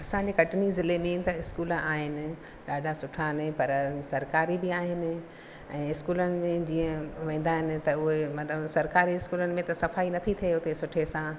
असांजे कटनी ज़िले में त स्कूल आहिनि ॾाढा सुठा आहिनि पर सरकारी बि आहिनि ऐं स्कूलनि में जीअं वेंदा आहिनि त उहे मतिलबु सरकारी स्कूलनि में त सफ़ाई न थी थिए उते सुठे सां